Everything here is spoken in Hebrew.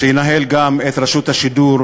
שינהל גם את רשות השידור